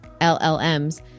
llms